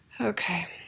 okay